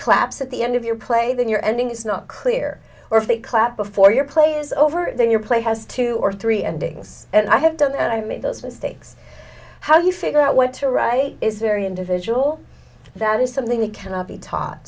collapse at the end of your play then your ending is not clear or if they clap before your play is over then your play has two or three endings and i have done and i made those mistakes how do you figure out what to write is very individual that is something that cannot be taught